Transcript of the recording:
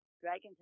Dragons